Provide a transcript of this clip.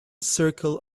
circle